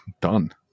done